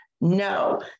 no